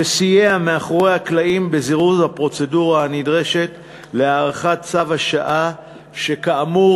שסייע מאחורי הקלעים בזירוז הפרוצדורה הנדרשת להארכת צו השעה שכאמור